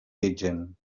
pidgin